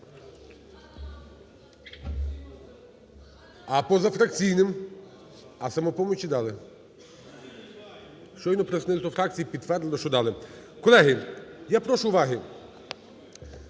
А позафракційним? А "Самопомочі" дали. Щойно звернувся до фракції – підтвердили, що дали. Колеги, я прошу уваги!